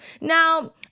Now